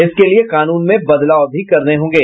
इसके लिए कानून में बदलाव भी करने होंगे